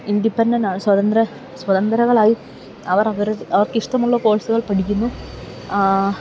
ഇൻഡിപ്പെന്റന്റാണ് സ്വതന്ത്രകളായി അവർ അവരുടെ അവർക്കിഷ്ടമുള്ള കോഴ്സുകൾ പഠിക്കുന്നു